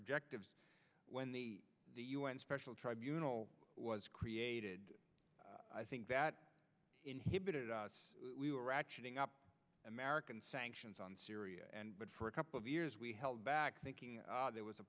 objectives when the the un special tribunal was created i think that inhibited us we were ratcheting up american sanctions on syria and but for a couple of years we held back thinking there was a